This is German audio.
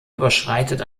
überschreitet